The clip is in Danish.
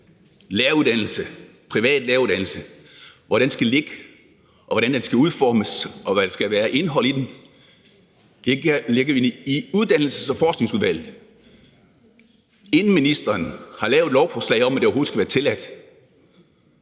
en kommende privat læreruddannelse skal ligge, og hvordan den skal udformes, og hvad der skal være indholdet i den, ind i Uddannelses- og Forskningsudvalget, inden ministeren har lavet et lovforslag om, at det overhovedet skal være tilladt.